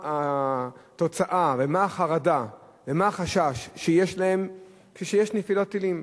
התוצאה ומה החרדה ומה החשש כשיש נפילות טילים.